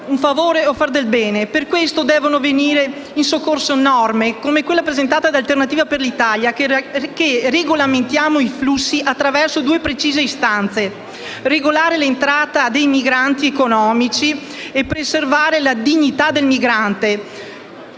Per questo devono venire in soccorso norme, come quella presentata da Alternativa per l'Italia, che regolamentino i flussi attraverso due precise istanze: regolare l'entrata dei migranti economici e preservare la dignità del migrante